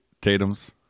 Tatum's